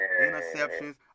interceptions